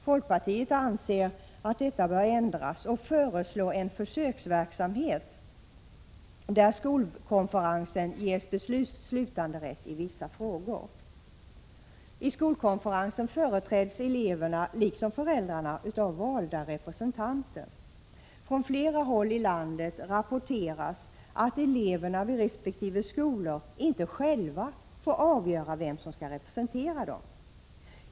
Folkpartiet anser att detta bör ändras och föreslår en försöksverksamhet där skolkonferensen ges beslutanderätt i vissa frågor. I skolkonferensen företräds eleverna, liksom föräldrarna, av valda representanter. Från flera håll i landet rapporteras att eleverna vid resp. skolor inte själva får avgöra vem som skall representera dem.